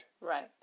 Right